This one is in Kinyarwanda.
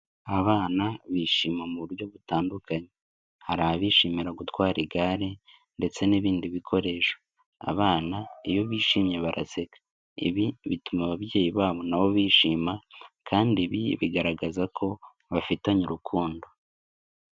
Abana bishima mu buryo butandukanye. Hari abishimira gutwara igare ndetse n'ibindi bikoresho. Abana iyo bishimye baraseka, ibi bituma ababyeyi babo na bo bishima kandi ibi bigaragaza ko bafitanye urukundo.